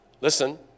listen